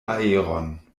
aeron